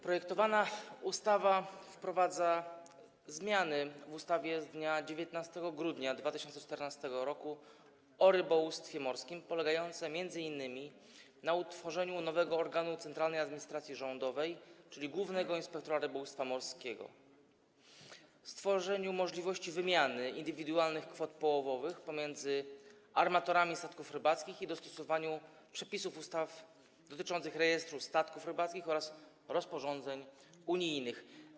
Projektowana ustawa wprowadza zmiany w ustawie z dnia 19 grudnia 2014 r. o rybołówstwie morskim polegające m.in. na utworzeniu nowego organu centralnej administracji rządowej, czyli głównego inspektora rybołówstwa morskiego, stworzeniu możliwości wymiany indywidualnych kwot połowowych pomiędzy armatorami statków rybackich i dostosowaniu przepisów ustaw dotyczących rejestru statków rybackich oraz rozporządzeń unijnych.